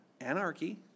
anarchy